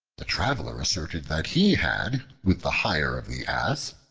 the traveler asserted that he had, with the hire of the ass,